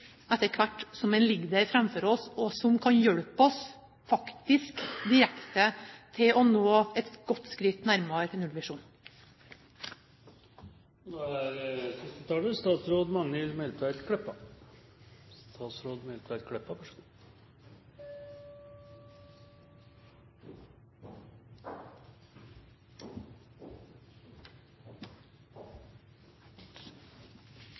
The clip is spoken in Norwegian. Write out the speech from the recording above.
etter hvert som den ligger der framfor oss, og som faktisk direkte kan hjelpe oss til å komme et godt skritt nærmere nullvisjonen. Av og til er